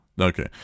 Okay